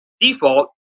default